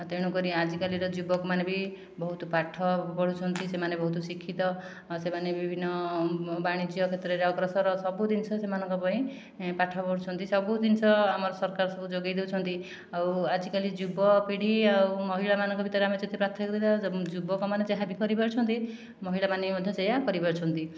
ତେଣୁ କରି ଆଜିକାଲିର ଯୁବକ ମାନେ ବି ବହୁତ ପାଠ ପଢ଼ୁଛନ୍ତି ସେମାନେ ବହୁତ ଶିକ୍ଷିତ ସେମାନେ ବିଭିନ୍ନ ବାଣିଜ୍ୟ କ୍ଷେତ୍ରରେ ଅଗ୍ରସର ସବୁ ଜିନିଷ ସେମାନଙ୍କ ପାଇଁ ପାଠ ପଢ଼ୁଛନ୍ତି ସବୁ ଜିନିଷ ଆମର ସରକାର ସବୁ ଯୋଗାଇ ଦେଉଛନ୍ତି ଆଉ ଆଜିକାଲି ଯୁବ ପିଢ଼ି ଆଉ ମହିଳାମାନଙ୍କ ଭିତରେ ଆମେ ଯଦି ପାର୍ଥକ୍ୟ ଦେଖିବା ଯୁବକମାନେ ଯାହାବି କରିପାରୁଛନ୍ତି ମହିଳାମାନେ ବି ମଧ୍ୟ ସେହିଆ କରିପାରୁଛନ୍ତି